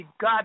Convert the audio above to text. God